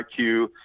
iq